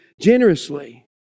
generously